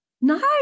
No